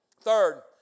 Third